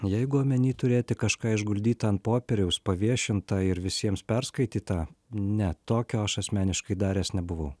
jeigu omeny turėti kažką išguldytą ant popieriaus paviešintą ir visiems perskaitytą ne tokio aš asmeniškai daręs nebuvau